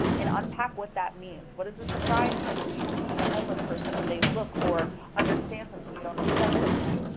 and unpack what that means. what does the surprise mean when you see a homeless person and they look or understand something you don't expect them to.